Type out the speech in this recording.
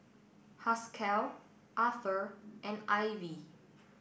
Haskell Arthur and Ivie